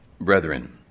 brethren